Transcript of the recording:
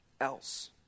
else